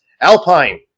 alpine